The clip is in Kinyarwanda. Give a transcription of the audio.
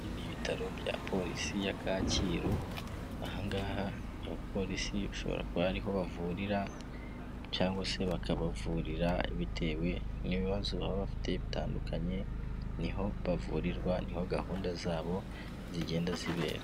Ibi ni ibitaro bya polisi ya Kacyiru aha ngaha, abapolisi bashobora kuba ariho bavurira cyangwa se bakabavurira bitewe n'ibibazo baba bafite bitandukanye, ni ho bavurirwa, ni ho gahunda zabo zigenda zibera.